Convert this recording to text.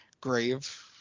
grave